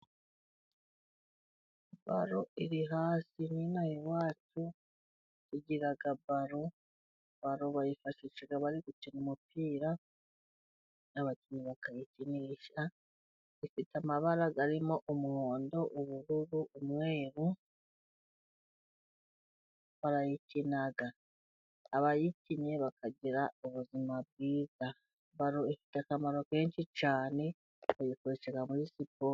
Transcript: Baro iri hasi, nino aha iwacu, tugira baro, baro bayifashisha bari gukina umupira abakinnyi bakayikinisha, ifite amabara arimo umuhondo, ubururu, umweru, barayikina. Abayikinnye bakagira ubuzima bwiza. Baro ifite akamaro kenshi cyane bayikoresha muri siporo.